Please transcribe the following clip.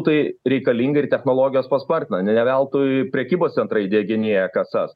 tai reikalinga ir technologijos paspartina ne neveltui prekybos centrai įdieginėja kasas